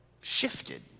shifted